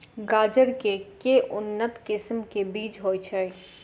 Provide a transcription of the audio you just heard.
गाजर केँ के उन्नत किसिम केँ बीज होइ छैय?